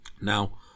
Now